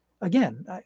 again